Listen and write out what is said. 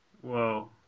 whoa